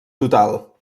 total